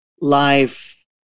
life